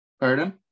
Pardon